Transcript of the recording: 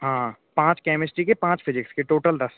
हाँ पाँच कैमिस्ट्री के पाँच फिजिक्स के टोटल दस